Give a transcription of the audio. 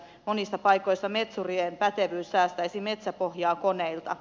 monissa paikoissa metsurien pätevyys säästäisi metsäpohjaa koneilta